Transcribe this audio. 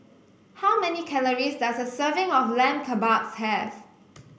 how many calories does a serving of Lamb Kebabs have